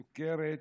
סוכרת,